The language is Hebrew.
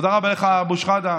תודה רבה לך, אבו שחאדה.